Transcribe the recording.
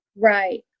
Right